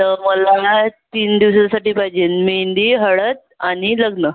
त मला ना तीन दिवसासाठी पाहिजे मेंदी हळद आणि लग्न